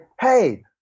hey